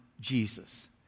Jesus